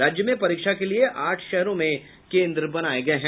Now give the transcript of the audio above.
राज्य में परीक्षा के लिये आठ शहरों में केंद्र बनाये गये हैं